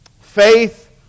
faith